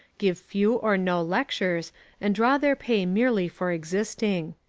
give few or no lectures and draw their pay merely for existing.